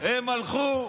הם הלכו,